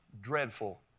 dreadful